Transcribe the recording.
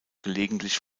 gelegentlich